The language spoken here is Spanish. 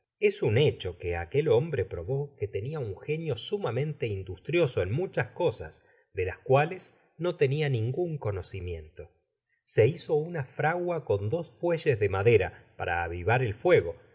es un hecho que aquel hombre probó que tenia un génio sumamente industrioso en muchas cosas de las cuales no tenia ningun conocimiento se hizo una fragua con dos fuelles de madera para avivar el fuego